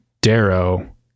Darrow